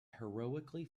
heroically